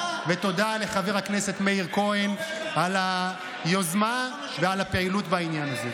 ותודה לחבר הכנסת מאיר כהן על היוזמה ועל הפעילות בעניין הזה.